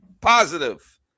positive